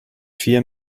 vier